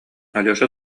алеша